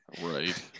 Right